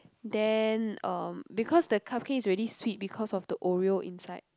then um because the cupcake is already sweet because of the oreo inside